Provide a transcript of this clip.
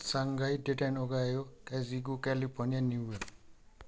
Shanghai टिटेनोगायो Chicago California New York